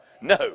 No